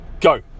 go